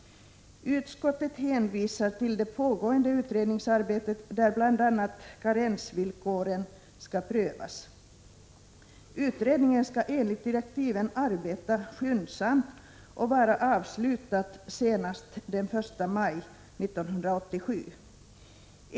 Utskottet hänvisar till det pågående utredningsarbetet, där bl.a. karensvillkoren skall prövas. Utredningen skall enligt direktiven arbeta skyndsamt och vara avslutad senast den 1 maj 1987.